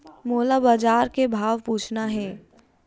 मोला बजार के भाव पूछना हे?